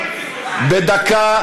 בדקה,